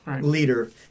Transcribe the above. leader